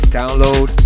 download